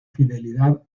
fidelidad